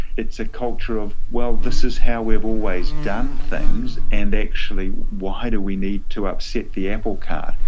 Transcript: it's a culture of well this is how we've always done things and actually why do we need to upset the apple cart.